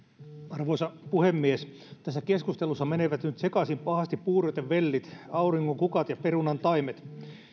arvoisa puhemies tässä keskustelussa menevät nyt pahasti sekaisin puurot ja vellit auringonkukat ja perunan taimet